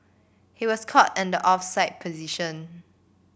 he was caught in the offside position